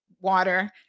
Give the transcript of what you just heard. water